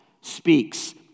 speaks